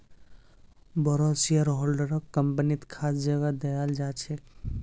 बोरो शेयरहोल्डरक कम्पनीत खास जगह दयाल जा छेक